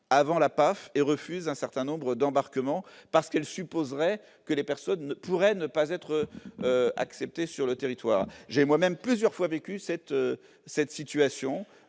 avant la PAF et refuse un certain nombre d'embarquement parce qu'elle supposerait que les personnes ne pourrait ne pas être acceptés sur le territoire, j'ai moi-même plusieurs fois vécu cette cette situation